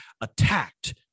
attacked